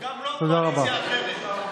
גם לא קואליציה אחרת.